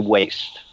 Waste